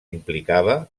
implicava